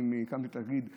הקמתי את תאגיד הגיחון,